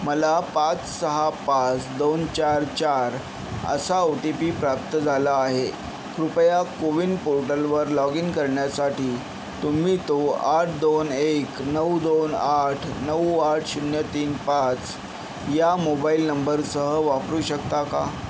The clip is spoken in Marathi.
मला पाच सहा पाच दोन चार चार असा ओ टी पी प्राप्त झाला आहे कृपया कोविन पोर्टलवर लॉग इन करण्यासाठी तुम्ही तो आठ दोन एक नऊ दोन आठ नऊ आठ शून्य तीन पाच या मोबाइल नंबरसह वापरू शकता का